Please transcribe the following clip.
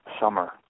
summer